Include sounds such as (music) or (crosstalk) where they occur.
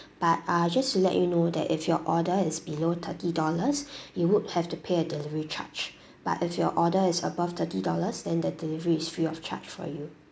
but uh just to let you know that if your order is below thirty dollars (breath) you would have to pay a delivery charge but if your order is above thirty dollars then the delivery is free of charge for you